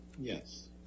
yes